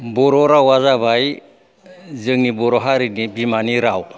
बर' रावा जाबाय जोंनि बर' हारिनि बिमानि राव